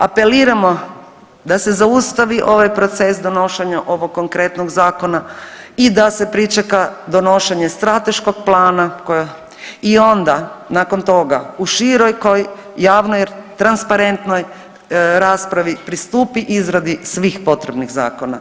Apeliramo da se zaustavi ovaj proces donošenja ovog konkretnog Zakona i da se pričeka donošenje strateškog plana i onda nakon toga u širokoj, javnoj, transparentnoj raspravi pristupi izradi svih potrebnih zakona.